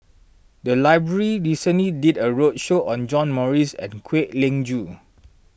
the library recently did a roadshow on John Morrice and Kwek Leng Joo